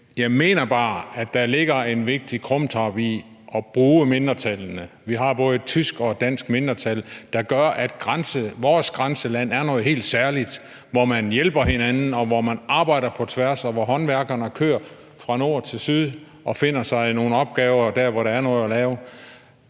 jeg mener bare, at der ligger en vigtig krumtap i at bruge mindretallene. Vi har både et tysk og et dansk mindretal, hvilket gør, at vores grænseland er noget helt særligt, hvor man hjælper hinanden, hvor man arbejder på tværs, og hvor håndværkerne kører fra nord til syd og finder sig nogle opgaver der, hvor der er noget at lave.